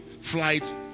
flight